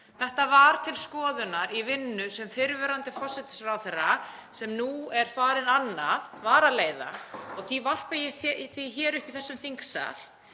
Þetta var til skoðunar í vinnu sem fyrrverandi forsætisráðherra, sem nú er farin annað, leiddi. Því varpa ég því hér upp í þessum þingsal